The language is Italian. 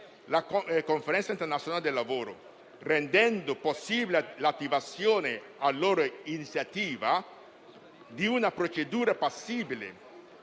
la Conferenza internazionale del lavoro, rendendo possibile l'attivazione, su loro iniziativa, di una procedura passibile